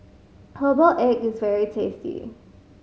herbal egg is very tasty